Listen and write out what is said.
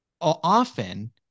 often